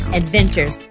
adventures